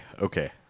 okay